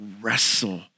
wrestle